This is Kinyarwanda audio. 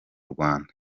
rwanda